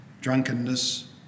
drunkenness